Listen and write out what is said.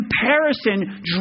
comparison